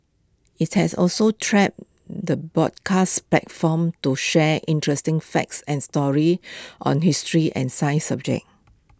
IT has also trapped the broadcast platform to share interesting facts and stories on history and science subjects